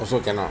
also cannot ah